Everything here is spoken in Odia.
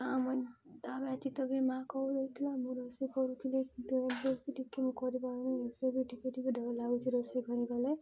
ମା କହୁ ଦେଇଥିଲା ମୁଁ ରୋଷେଇ କରୁଥିଲି କିନ୍ତୁ ଟିକେ ମୁଁ କରି ପାରୁନି ମତେ ବି ଟିକେ ଟିକେ ଡର ଲାଗୁଛି ରୋଷେଇ ଘରେ ଗଲେ